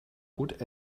gut